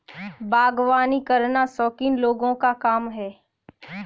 बागवानी करना शौकीन लोगों का काम है